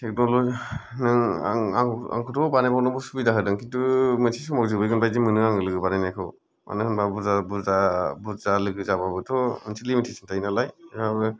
टेकनल' नों आं आंखौथ' बानाय बावनोबो सुबिदा होदों खिन्थु मोनसे समाव जोबहैगोन बायदि मोनो आङो लोगो बानायनायखौ मानोहोमबा बुरजा बुरजा बुरजा लोगो जाबाबोथ' मोनसे लिमिटेशन थायोनालाय